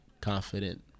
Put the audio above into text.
confident